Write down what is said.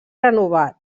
renovat